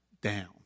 down